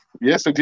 Yes